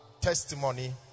testimony